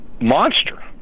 monster